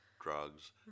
drugs